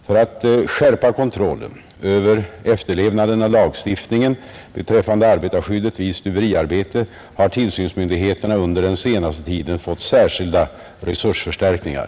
För att skärpa kontrollen över efterlevnaden av lagstiftningen beträffande arbetarskyddet vid stuveriarbete har tillsynsmyndigheterna under den senaste tiden fått särskilda resursförstärkningar.